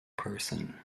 person